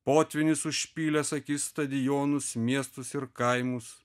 potvynis užpylęs akis stadionus miestus ir kaimus